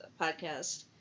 podcast